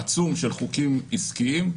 עצום של חוקים עסקיים.